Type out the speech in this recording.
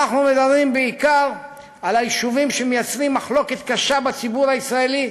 אנחנו מדברים בעיקר על היישובים שמייצרים מחלוקת קשה בציבור הישראלי,